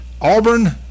Auburn